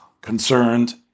concerned